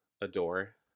adore